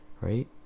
right